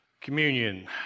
Communion